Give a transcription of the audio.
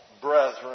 brethren